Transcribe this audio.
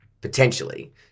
potentially